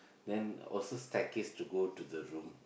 then also stair case to go to the room